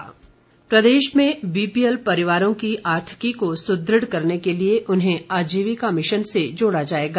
वीरेन्द्र कंवर प्रदेश में बीपीएल परिवारों की आर्थिकी को सुदृढ़ करने के लिए उन्हें आजीविका मिशन से जोड़ा जाएगा